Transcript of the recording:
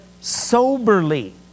soberly